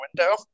window